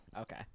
Okay